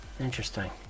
Interesting